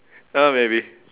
uh maybe